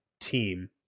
team